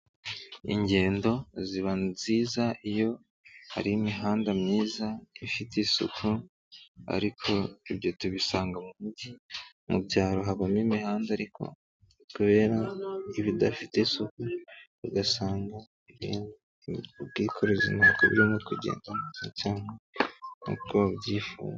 Ingendo ziba nziza iyo hari imihanda myiza, ifite isuku ariko ibyo tubisanga mu mugi mu byaro habamo imihanda ariko kubera ibidafite isuku bagasanga ubwikorezi nta burimo kugenda cyangwa nta babyifuza.